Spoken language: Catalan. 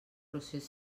procés